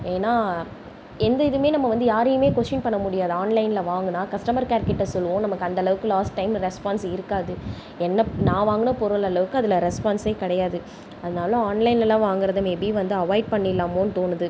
ஏன்னா எந்த இதுவுமே நம்ம வந்து யாரையும் கொஷ்ஷீன் பண்ண முடியாது ஆன்லைனில் வாங்கினா கஸ்டமர் கேர் கிட்ட சொல்வோம் நமக்கு அந்தளவுக்கு லாஸ் டைம் ரெஸ்பான்ஸ் இருக்காது என்ன நான் வாங்கின பொருள் அளவுக்கு அதில் ரெஸ்பான்ஸ் கிடையாது அதனால ஆன்லைன்லலாம் வாங்கிறத மே பி வந்து அவாய்ட் பண்ணிடலாமோன் தோணுது